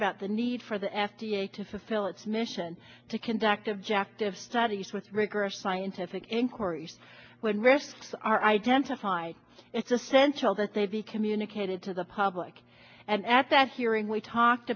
about the need for the f d a to fulfill its mission to conduct objective studies with rigorous scientific inquiries when risks are identified it's essential that they be communicated to the public and at that hearing we talked